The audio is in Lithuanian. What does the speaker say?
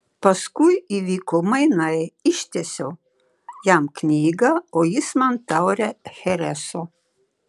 paskui įvyko mainai ištiesiau jam knygą o jis man taurę chereso